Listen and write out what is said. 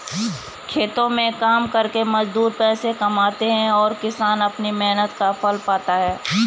खेतों में काम करके मजदूर पैसे कमाते हैं और किसान अपनी मेहनत का फल पाता है